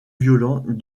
violent